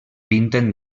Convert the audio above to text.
pinten